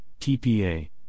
TPA